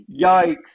yikes